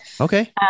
Okay